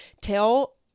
tell